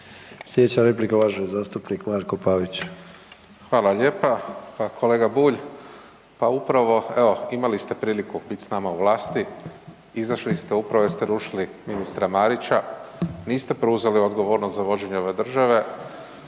Slijedeća replika uvaženi zastupnik Marko Pavić. **Pavić, Marko (HDZ)** Hvala lijepa. Pa kolega Bulj, pa upravo evo imali ste priliku bit s nama u vlasti, izašli ste upravo jer ste rušili ministra Marića, niste preuzeli odgovornost za vođenje ove države,